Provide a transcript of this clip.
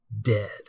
dead